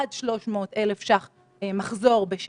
אלה הכללים שצריכים להיות.